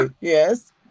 Yes